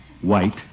White